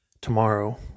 tomorrow